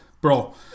bro